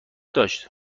داشت